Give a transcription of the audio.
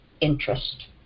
interest